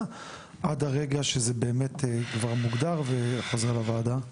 ועד לרגע שזה באמת כבר מוגדר וחוזר לוועדה?